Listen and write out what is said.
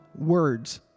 words